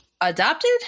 adopted